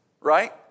Right